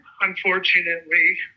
Unfortunately